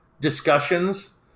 discussions